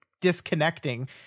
disconnecting